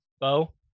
Bo